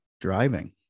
driving